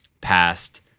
past –